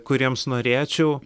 kuriems norėčiau